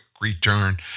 return